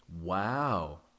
Wow